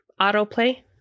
autoplay